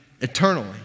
eternally